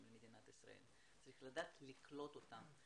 למדינת ישראל אלא צריך לדעת לקלוט אותם.